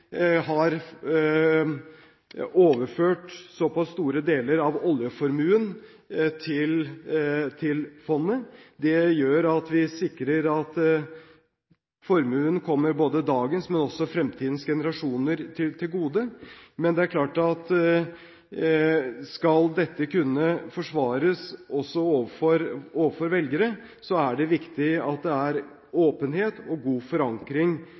har overført såpass store deler av oljeformuen til fondet. Det gjør at vi sikrer at formuen kommer både dagens og fremtidens generasjoner til gode. Men det er klart at skal dette forsvares, også overfor velgere, er det viktig at det er åpenhet og god forankring